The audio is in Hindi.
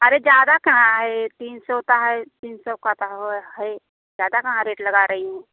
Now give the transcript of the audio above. अरे ज़्यादा कहाँ है तीन सौ का है तीन सौ का तो है है ज्यादा कहाँ रेट लगा रही हूँ